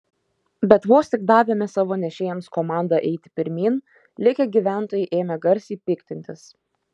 bet vos tik davėme savo nešėjams komandą eiti pirmyn likę gyventojai ėmė garsiai piktintis